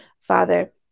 Father